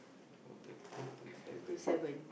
four thirty to seven